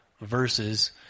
verses